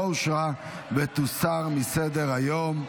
לא אושרה ותוסר מסדר-היום.